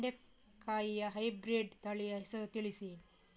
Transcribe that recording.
ಬೆಂಡೆಕಾಯಿಯ ಹೈಬ್ರಿಡ್ ತಳಿ ಹೆಸರು ತಿಳಿಸಿ?